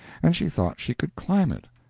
and she thought she could climb it,